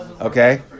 Okay